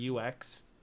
UX